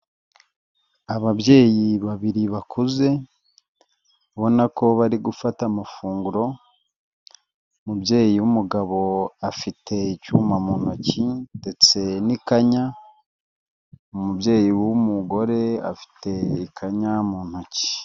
Ababyeyi babiri bakuze ubona ko bari gufata amafunguro, umubyeyi w'umugabo afite icyuma mu ntoki ndetse n'ikanya, umubyeyi w'umugore afitekanya mu ntoki.